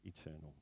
eternal